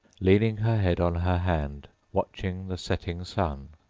leaning her head on her hand, watching the setting sun,